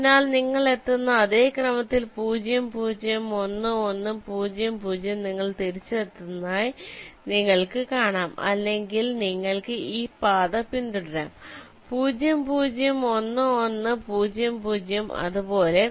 അതിനാൽ നിങ്ങൾ എത്തുന്ന അതേ ക്രമത്തിൽ 0 0 1 1 0 0 നിങ്ങൾ തിരിച്ചെത്തുന്നതായി നിങ്ങൾക്ക് കാണാം അല്ലെങ്കിൽ നിങ്ങൾക്ക് ഈ പാത പിന്തുടരാം 0 0 1 1 0 0 അതുപോലെ